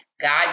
God